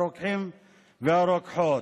הרוקחים והרוקחות.